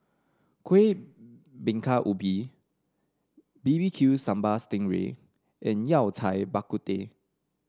Kueh Bingka Ubi bbq Sambal Sting Ray and Yao Cai Bak Kut Teh